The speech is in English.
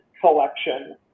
collection